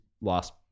last